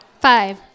Five